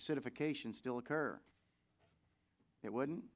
certification still occur it wouldn't